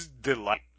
Delight